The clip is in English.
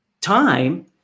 time